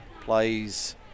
plays